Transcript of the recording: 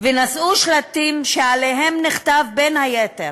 ונשאו שלטים שעליהם נכתב, בין היתר: